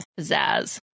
Pizzazz